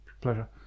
pleasure